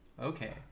okay